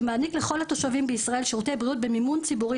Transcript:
שמעניק לכל התושבים בישראל שירותי בריאות במימון ציבורי,